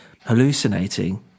hallucinating